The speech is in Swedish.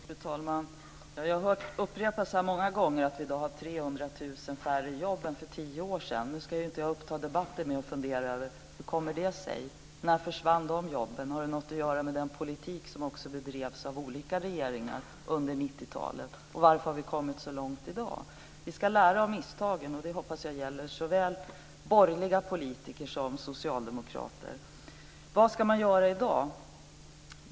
Fru talman! Jag har många gånger här i dag hört det upprepas att vi i dag har 300 000 färre i jobb än för tio år sedan. Nu ska jag inte uppta debatten med att fundera över hur det kommer sig. När försvann dessa jobb? Har det något att göra med den politik som bedrevs av olika regeringar under 90-talet? Och varför har vi kommit så långt i dag? Vi ska lära av misstagen, och det hoppas jag gäller såväl borgerliga politiker som socialdemokrater. Vad ska man göra i dag?